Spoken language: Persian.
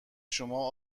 شما